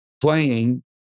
playing